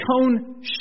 tone